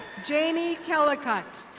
jamie kellicut.